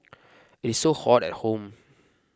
it is so hot at home